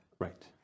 right